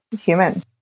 human